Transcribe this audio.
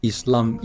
Islam